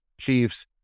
Chiefs